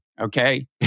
Okay